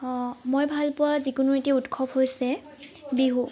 অঁ মই ভালপোৱা যিকোনো এটি উৎসৱ হৈছে বিহু